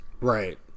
Right